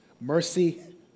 Mercy